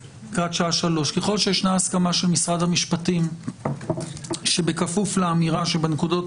ככל שיש הסכמה של משרד המשפטים שבכפוף לאמירה שבנקודות